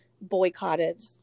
boycotted